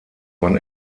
wann